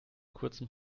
kurzen